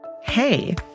Hey